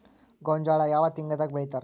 ಗೋಂಜಾಳ ಯಾವ ತಿಂಗಳದಾಗ್ ಬೆಳಿತಾರ?